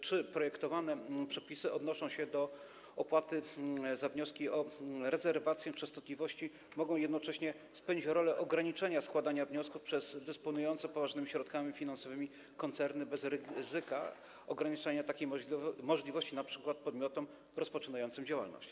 Czy projektowane przepisy odnoszące się do opłaty za wnioski o rezerwację częstotliwości mogą jednocześnie spełnić rolę w zakresie ograniczenia składania wniosków przez dysponujące poważnymi środkami finansowymi koncerny bez ryzyka ograniczania takiej możliwości np. podmiotom rozpoczynającym działalność?